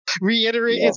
Reiterate